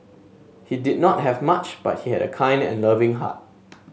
he did not have much but he had a kind and loving heart